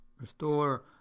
Restore